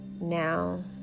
now